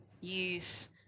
use